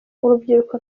urubyiruko